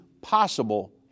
possible